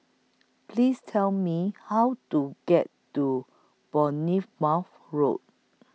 Please Tell Me How to get to Bournemouth Road